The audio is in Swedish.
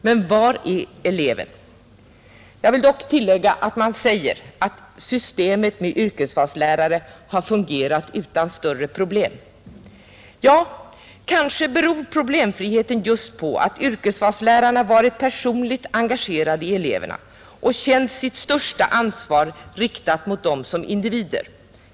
Men var är eleven? Jag vill tillägga att man också säger att systemet med yrkesvalslärare har fungerat utan större problem, och kanske beror problemfriheten just på att yrkesvalslärarna har varit personligt engagerade i eleverna och känt sitt största ansvar riktat mot dem som individer.